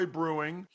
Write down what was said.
Brewing